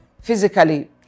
physically